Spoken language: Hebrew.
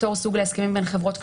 פטור סוג להסכמים בין חברות קשורות,